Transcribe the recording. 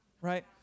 Right